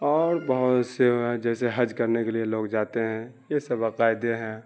اور بہت سے جیسے حج کرنے کے لیے لوگ جاتے ہیں یہ سب عقائد ہیں